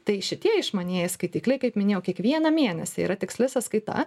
tai šitie išmanieji skaitikliai kaip minėjau kiekvieną mėnesį yra tiksli sąskaita